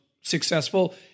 successful